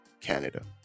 canada